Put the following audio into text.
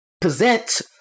present